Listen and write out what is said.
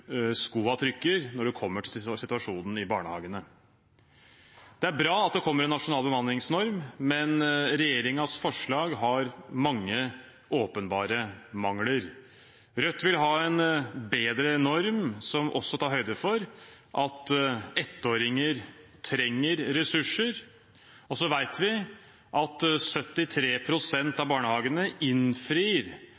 situasjonen i barnehagene. Det er bra at det kommer en nasjonal bemanningsnorm, men regjeringens forslag har mange åpenbare mangler. Rødt vil ha en bedre norm, som også tar høyde for at ettåringer trenger ressurser.